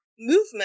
Movement